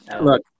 Look